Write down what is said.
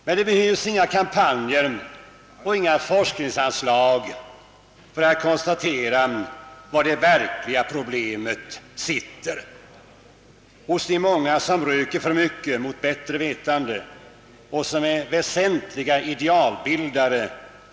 Men det behövs inga kampanjer och inga forskningsanslag för att konstatera vari det verkliga problemet ligger: hos de många som mot bättre vetande röker för mycket och som är väsentliga idealbildare.